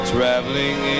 Traveling